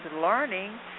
learning